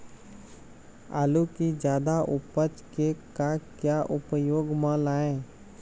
आलू कि जादा उपज के का क्या उपयोग म लाए?